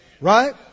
Right